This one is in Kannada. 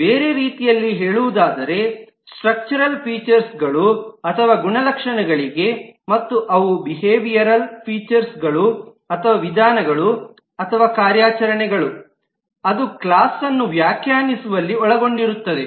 ಬೇರೆ ರೀತಿಯಲ್ಲಿ ಹೇಳುವುದಾದರೆಸ್ಟ್ರಕ್ಚರಲ್ ಫೀಚರ್ಸ್ಗಳು ಅಥವಾ ಗುಣಲಕ್ಷಣಗಳಿವೆ ಮತ್ತು ಅವು ಬಿಹೇವಿಯರಲ್ ಫೀಚರ್ಸ್ ಗಳು ಅಥವಾ ವಿಧಾನಗಳು ಅಥವಾ ಕಾರ್ಯಾಚರಣೆಗಳು ಅದು ಕ್ಲಾಸ್ನ್ನು ವ್ಯಾಖ್ಯಾನಿಸುವಲ್ಲಿ ಒಳಗೊಂಡಿರುತ್ತದೆ